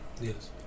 Yes